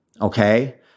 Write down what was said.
Okay